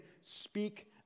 speak